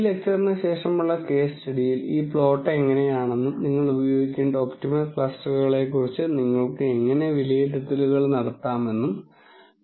ഈ ലെക്ച്ചറിന് ശേഷമുള്ള കേസ് സ്റ്റഡിയിൽ ഈ പ്ലോട്ട് എങ്ങനെയാണെന്നും നിങ്ങൾ ഉപയോഗിക്കേണ്ട ഒപ്റ്റിമൽ ക്ലസ്റ്ററുകളെ കുറിച്ച് നിങ്ങൾക്ക് എങ്ങനെ വിലയിരുത്തലുകൾ നടത്താമെന്നും നിങ്ങൾ കാണും